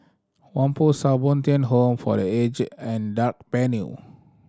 Whampoa South Bo Tien Home for The Aged and Drake Avenue